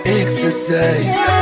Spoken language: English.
exercise